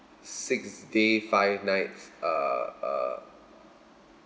six days five nights uh uh